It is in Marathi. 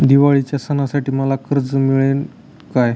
दिवाळीच्या सणासाठी मला कर्ज मिळेल काय?